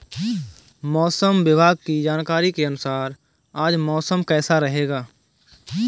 मौसम विभाग की जानकारी के अनुसार आज मौसम कैसा रहेगा?